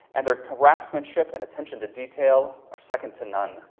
and their craftsmanship and attention to detail are second to none.